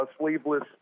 sleeveless